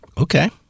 Okay